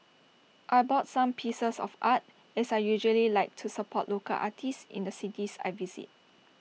I bought some pieces of art as I usually like to support local artists in the cities I visit